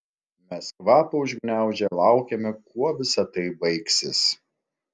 mes kvapą užgniaužę laukėme kuo visa tai baigsis